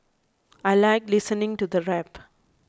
I like listening to the rap